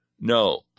No